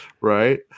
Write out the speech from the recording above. Right